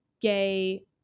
gay